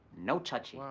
no touchie.